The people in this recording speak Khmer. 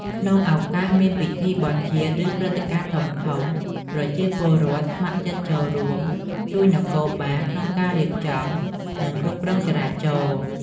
ក្នុងឱកាសមានពិធីបុណ្យជាតិ ឬព្រឹត្តិការណ៍ធំៗ ប្រជាពលរដ្ឋស្ម័គ្រចិត្តចូលរួមជួយនគរបាលក្នុងការរៀបចំ និងគ្រប់គ្រងចរាចរណ៍។